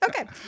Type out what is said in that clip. okay